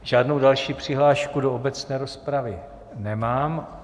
Žádnou další přihlášku do obecné rozpravy nemám.